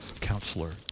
counselor